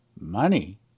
money